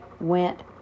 went